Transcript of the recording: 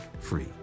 free